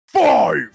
Five